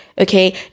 okay